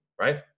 right